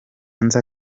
nza